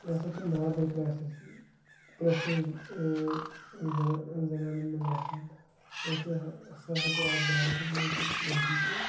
یہِ ہَسا چھِ نارمَل پرٛاسٮ۪س پرٛٮ۪تھ کٲنٛسہِ زَن زَنانَن منٛز آسان أسۍ نہٕ سۄ ہٮ۪کو اَتھ بارَس منٛز سۭتۍ ؤنتھٕے کینٛہہ